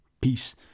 Peace